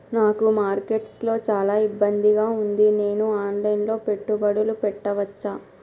నాకు మార్కెట్స్ లో చాలా ఇబ్బందిగా ఉంది, నేను ఆన్ లైన్ లో పెట్టుబడులు పెట్టవచ్చా?